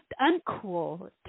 uncool